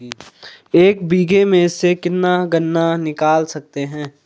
एक बीघे में से कितना गन्ना निकाल सकते हैं?